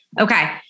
Okay